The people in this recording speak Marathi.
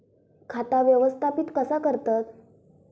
खाता व्यवस्थापित कसा करतत?